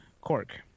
Cork